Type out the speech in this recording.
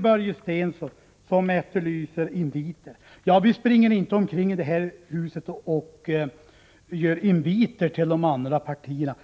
Börje Stensson efterlyser inviter. Vi springer inte omkring i det här huset och gör inviter till de andra partierna.